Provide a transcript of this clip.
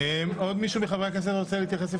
עוד מישהו מחברי הכנסת רוצה להתייחס?